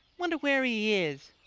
wonder where he is?